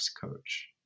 coach